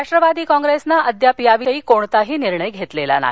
राष्ट्रवादी कॉप्रेसनं अद्याप याविषयी कोणताही निर्णय घेतलेला नाही